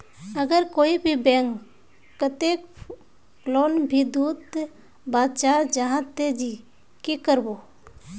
अगर कोई भी बैंक कतेक लोन नी दूध बा चाँ जाहा ते ती की करबो?